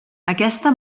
aquesta